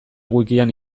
wikian